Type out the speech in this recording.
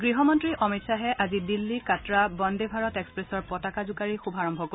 গৃহমন্তী অমিত শ্বাহে আজি দিল্লী কাটৰা বন্দে ভাৰত এক্সপ্লেছৰ পতাকা জোকাৰি শুভাৰম্ভ কৰিব